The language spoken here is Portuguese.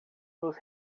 nos